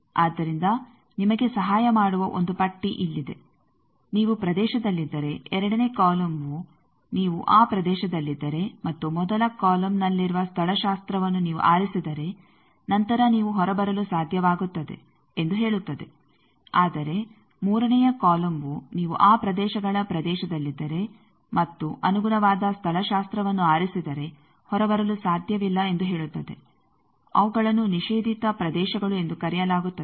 ಆದ್ದರಿಂದ ನಿಮಗೆ ಸಹಾಯ ಮಾಡುವ ಒಂದು ಪಟ್ಟಿ ಇಲ್ಲಿದೆ ನೀವು ಪ್ರದೇಶದಲ್ಲಿದ್ದರೆ ಎರಡನೇ ಕಾಲಮ್ವು ನೀವು ಆ ಪ್ರದೇಶದಲ್ಲಿದ್ದರೆ ಮತ್ತು ಮೊದಲ ಕಾಲಮ್ನಲ್ಲಿರುವ ಸ್ಥಳಶಾಸ್ತ್ರವನ್ನು ನೀವು ಆರಿಸಿದರೆ ನಂತರ ನೀವು ಹೊರಬರಲು ಸಾಧ್ಯವಾಗುತ್ತದೆ ಎಂದು ಹೇಳುತ್ತದೆ ಆದರೆ ಮೂರನೆಯ ಕಾಲಮ್ವು ನೀವು ಆ ಪ್ರದೇಶಗಳ ಪ್ರದೇಶದಲ್ಲಿದ್ದರೆ ಮತ್ತು ಅನುಗುಣವಾದ ಸ್ಥಳಶಾಸ್ತ್ರವನ್ನು ಆರಿಸಿದರೆ ಹೊರಬರಲು ಸಾಧ್ಯವಿಲ್ಲ ಎಂದು ಹೇಳುತ್ತದೆ ಅವುಗಳನ್ನು ನಿಷೇಧಿತ ಪ್ರದೇಶಗಳು ಎಂದು ಕರೆಯಲಾಗುತ್ತದೆ